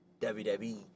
WWE